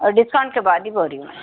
اور ڈسکاؤنٹ کے بعد ہی بول رہی ہوں